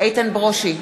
איתן ברושי,